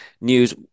News